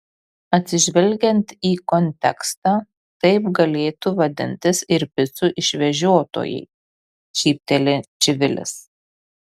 atsižvelgiant į kontekstą taip galėtų vadintis ir picų išvežiotojai šypteli čivilis